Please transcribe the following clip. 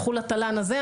הלכו לתל"ן הזה,